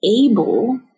able